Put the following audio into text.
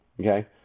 okay